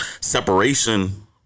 separation